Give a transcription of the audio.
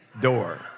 door